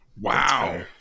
Wow